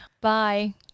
Bye